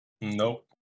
Nope